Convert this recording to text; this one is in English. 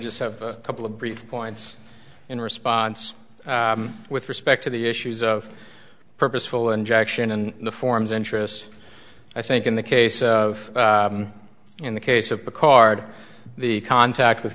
just a couple of brief points in response with respect to the issues of purposeful injection in the forms interest i think in the case of in the case of the card the contact with